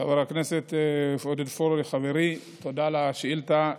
חבר הכנסת עודד פורר, חברי, תודה על השאילתה.